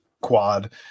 quad